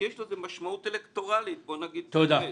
כי יש לזה משמעות אלקטוראלית בואו נגיד את האמת.